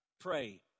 pray